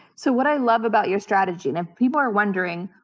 so what i love about your strategy, and if people are wondering,